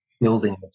building